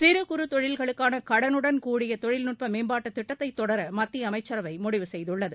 சிறு குறு தொழில்களுக்கான கடனுடன்கூடிய தொழில்நுட்ப மேம்பாட்டுத் திட்டத்தை தொடர மத்திய அமைச்சரவை முடிவு செய்துள்ளது